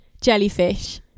jellyfish